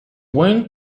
when